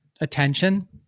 attention